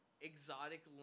exotic